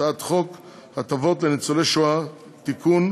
הצעת חוק הטבות לניצולי השואה (תיקון,